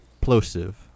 plosive